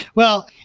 well,